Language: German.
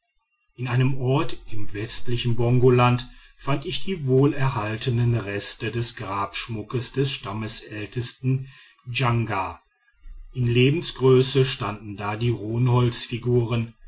in einem orte im westlichen bongoland fand ich die wohlerhaltenen reste des grabschmuckes des stammesältesten janga in lebensgröße standen da die rohen holzfiguren